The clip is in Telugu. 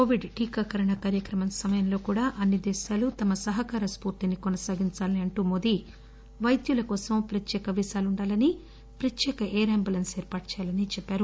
కోవిడ్ టీకాకరణ కార్యక్రమం సమయంలో కూడా అన్ని దేశాలు తమ సహకార స్పూర్తిని కొనసాగించాలని అంటూ మోదీ పైద్యుల కోసం ప్రత్యేక వీసాలు ఉండాలని ప్రత్యేక ఎయిర్ అంటులెన్స్ ఏర్పాటు చేయాలని చెప్పారు